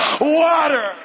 water